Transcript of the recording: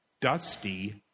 dusty